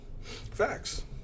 Facts